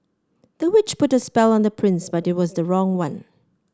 the witch put a spell on the prince but it was the wrong one